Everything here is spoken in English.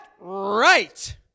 right